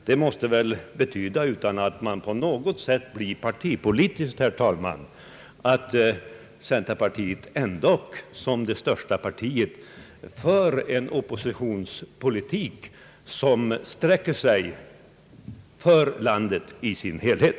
Det måste väl betyda, utan att man på något sätt blir partipolitisk, att centerpartiet ändock som det största oppositionspartiet för en oppositionspolitik som sträcker sig över landet i dess helhet.